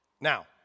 Now